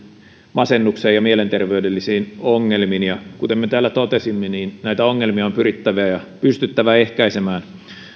masennukseen ja mielenterveydellisiin ongelmiin ja kuten me täällä totesimme näitä ongelmia on pyrittävä ja pystyttävä ehkäisemään